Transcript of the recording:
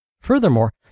Furthermore